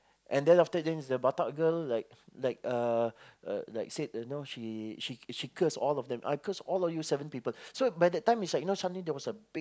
and then after thing the batak girl like like uh like said you know she she cursed all of them I cursed all of you seven people so by the time then suddenly there was a big